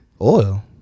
oil